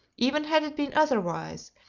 even had it been otherwise,